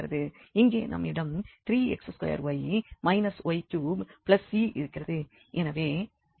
இங்கே நம்மிடம் i3x2y y3c இருக்கிறது